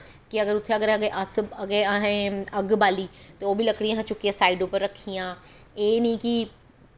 कि अगर उत्थै अगर असें अग्ग बाली ते ओह् बी लकड़ियां असें साइड पर रक्खियां एह् निं कि